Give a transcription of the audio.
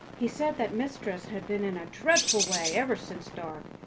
he said that mistress had been in a dreadful way ever since dark,